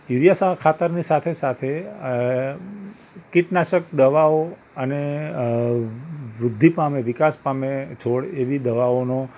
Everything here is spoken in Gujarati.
યુરિયા સા ખાતરની સાથે સાથે અ કીટનાશક દવાઓ અને અ વૃદ્ધિ પામે વિકાસ પામે છોડ એવી દવાઓનો